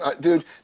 Dude